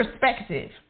perspective